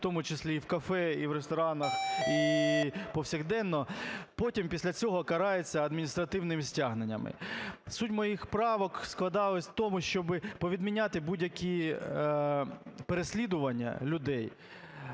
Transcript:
в тому числі і в кафе, і в ресторанах, і повсякденно, потім після цього карається адміністративними стягненнями. Суть моїх правок складалась в тому, щоби повідміняти будь-які переслідування людей.